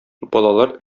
балалар